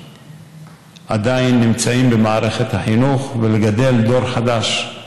עדיין נמצאים במערכת החינוך ולגדל דור חדש.